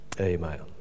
Amen